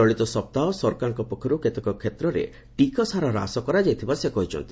ଚଳିତ ସପ୍ତାହ ସରକାରଙ୍କ ପକ୍ଷରୁ କେତେକ କ୍ଷେତ୍ରରେ ଟିକସ୍ ହାର ହ୍ରାସ କରାଯାଇଥିବା ସେ କହିଛନ୍ତି